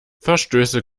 verstöße